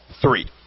three